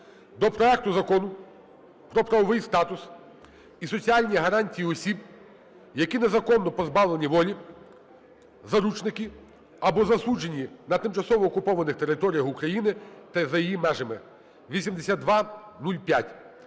до проекту Закону про правовий статус і соціальні гарантії осіб, які незаконно позбавлені волі, заручники, або засуджені на тимчасово окупованих територіях України та за її межами (8205).